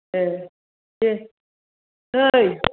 ए दे ओइ